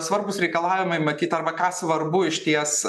svarbūs reikalavimai matyt arba ką svarbu išties